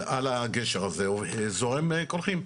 על הגשר הזה זורמים קולחים.